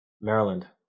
Maryland